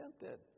tempted